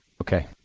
ok,